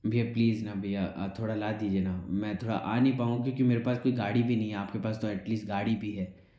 भैया प्लीज़ न भैया थोड़ा ला दीजिए न मैं थोड़ा आ नहीं पाऊंगा क्योंकि मेरे पास कोई गाड़ी भी नहीं है आपके पास तो एट लीस्ट गाड़ी भी है